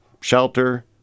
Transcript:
shelter